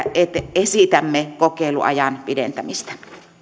esitämme kokeiluajan pidentämistä